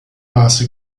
maße